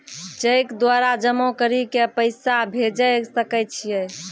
Cheque द्वारा जमा करि के पैसा भेजै सकय छियै?